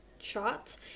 shots